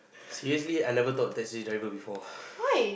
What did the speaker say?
seriously I never talk to taxi driver before